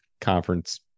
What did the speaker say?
conference